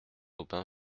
aubin